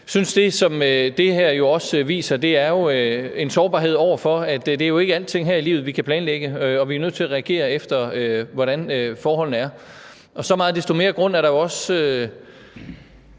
jo også viser, er en sårbarhed over for, at det jo ikke er alting her i livet, vi kan planlægge, og at vi er nødt til at reagere efter, hvordan forholdene er, og så meget desto